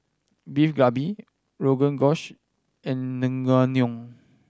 Beef Galbi Rogan Josh and Naengmyeon